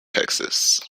texas